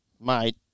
mate